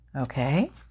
okay